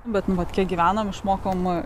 bet kiek gyvename išmokome